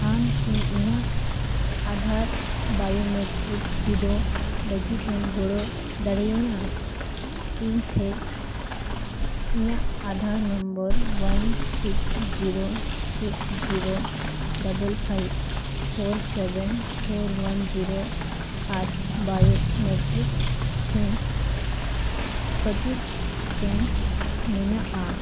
ᱟᱢ ᱠᱤ ᱤᱧᱟᱹᱜ ᱟᱫᱷᱟᱨ ᱵᱟᱭᱳ ᱢᱮᱴᱨᱤᱠ ᱵᱤᱰᱟᱹᱣ ᱞᱟᱹᱜᱤᱫ ᱮᱢ ᱜᱚᱲᱚ ᱫᱟᱲᱮᱭᱤᱧᱟ ᱤᱧ ᱴᱷᱮᱡ ᱤᱧᱟᱹᱜ Aadhaar number one six zero six zero double five four seven four one zero ᱟᱨ ᱵᱟᱭᱳ ᱢᱮᱴᱨᱤᱠ ᱴᱷᱮᱱ ᱠᱟᱹᱴᱩᱵ ᱥᱠᱮᱱ ᱢᱮᱱᱟᱜᱼᱟ